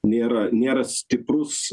nėra nėra stiprus